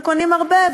וקונים הרבה,